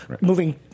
Moving